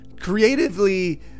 creatively